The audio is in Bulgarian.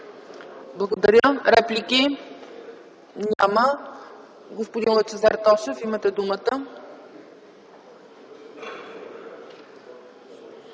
Благодаря. Реплики? Няма. Господин Лъчезар Тошев, имате думата.